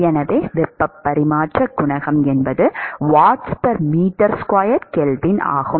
எனவே வெப்ப பரிமாற்ற குணகம் Wm 2 Kelvin ஆகும்